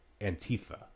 Antifa